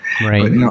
Right